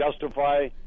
Justify